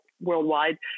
worldwide